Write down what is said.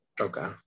Okay